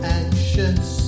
anxious